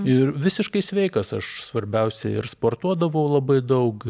ir visiškai sveikas aš svarbiausia ir sportuodavau labai daug